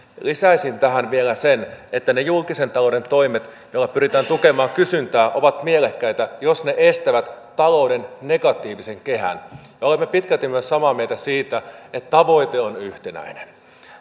lisäisin tähän vielä sen että ne julkisen talouden toimet joilla pyritään tukemaan kysyntää ovat mielekkäitä jos ne estävät talouden negatiivisen kehän olemme myös pitkälti samaa mieltä siitä että tavoite on yhtenäinen